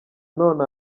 none